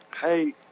Hey